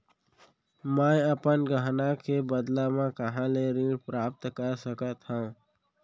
मै अपन गहना के बदला मा कहाँ ले ऋण प्राप्त कर सकत हव?